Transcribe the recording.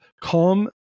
calm